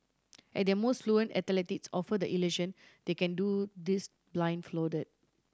at their most fluent athletes offer the illusion they can do this